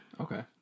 Okay